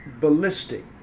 ballistic